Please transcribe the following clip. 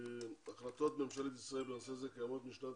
החלטות ממשלת ישראל בנושא הזה קיימות משנת